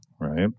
right